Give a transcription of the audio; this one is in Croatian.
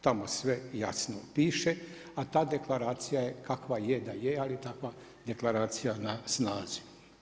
Tako sve jasno piše, a takva deklaracija je kakva je da je, ali je takva deklaracija na snazi.